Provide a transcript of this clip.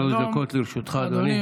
בבקשה, שלוש דקות לרשותך, אדוני.